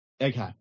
okay